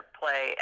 play